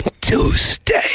Tuesday